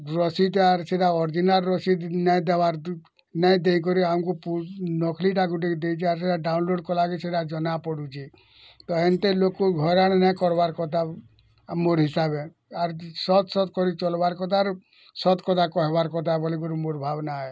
ରସିଦ୍ଟା ସେଟା ଅର୍ଜିନାଲ୍ ରସିଦ୍ ନାଇଁ ଦେବାର୍ ନାଇଁ ଦେଇକରି ଆମ୍କୁ ନକ୍ଲିଟା ଗୁଟେ ଦେଇଛି ଆର୍ ସେଟା ଡ଼ାଉନଲୋଡ଼୍ କଲାକେ ସେଟା ଜନାପଡୁଛେ ତ ଏନ୍ତେ ଲୋକ ଘର ନାଇଁ କର୍ବାର୍ କଥା ମୋର ହିସାବେ ଆର୍ ସତ୍ ସତ୍ କରି ଚଲ୍ବାର୍ କଥା ଆରୁ ସତ୍ କଥା କହେବାର୍ କଥା ବୋଲିକରି ମୋର୍ ଭାବ୍ନା ଏ